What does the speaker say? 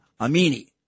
Amini